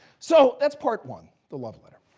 so that's part one the love letter.